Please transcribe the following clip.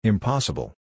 Impossible